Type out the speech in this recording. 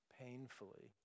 painfully